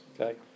Okay